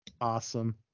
awesome